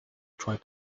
tried